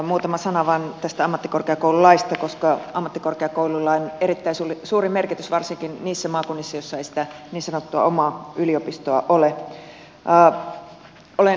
muutama sana vain tästä ammattikorkeakoululaista koska ammattikorkeakouluilla on erittäin suuri merkitys varsinkin niissä maakunnissa joissa ei sitä niin sanottua omaa yliopistoa ole